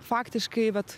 faktiškai vat